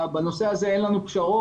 בנושא הזה אין לנו פשרות.